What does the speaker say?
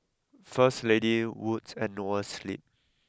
first Lady Wood's and Noa Sleep